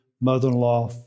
mother-in-law